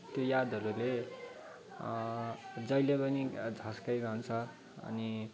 त्यो यादहरूले जहिले पनि झस्काइरहन्छ अनि